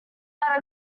that